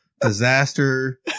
Disaster